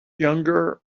younger